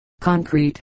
Concrete